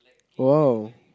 oh